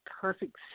perfect